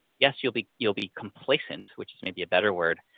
yes, you'll be you'll be complacent, which is maybe a better word,